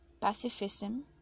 pacifism